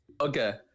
Okay